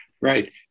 Right